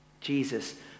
Jesus